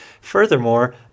Furthermore